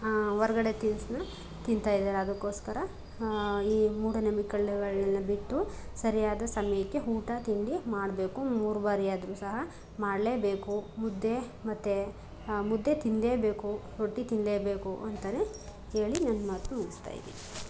ಹಾಂ ಹೊರಗಡೆ ತಿನ್ಸೋ ತಿಂತಾ ಇದ್ದಾರೆ ಅದಕ್ಕೋಸ್ಕರ ಹಾಂ ಈ ಮೂಢನಂಬಿಕೆಳು ಗಳನ್ನೆಲ್ಲ ಬಿಟ್ಟು ಸರಿಯಾದ ಸಮಯಕ್ಕೆ ಊಟ ತಿಂಡಿ ಮಾಡಬೇಕು ಮೂರು ಬಾರಿಯಾದರೂ ಸಹ ಮಾಡಲೇಬೇಕು ಮುದ್ದೆ ಮತ್ತು ಮುದ್ದೆ ತಿನ್ನಲೇಬೇಕು ರೊಟ್ಟಿ ತಿನ್ನಲೇಬೇಕು ಅಂತಾರೆ ಹೇಳಿ ನನ್ನ ಮಾತು ಮುಗಿಸ್ತಾ ಇದ್ದೀನಿ